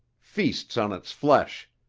feasts on its flesh,